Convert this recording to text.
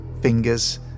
fingers